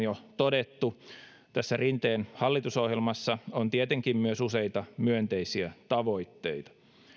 jo todettu tässä rinteen hallitusohjelmassa on tietenkin myös useita myönteisiä tavoitteita